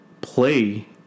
play